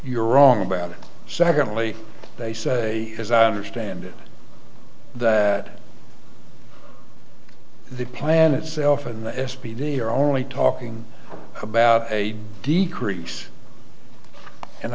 you're wrong about it secondly they say as i understand it that the plan itself and the s p d are only talking about a decrease and